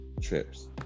trips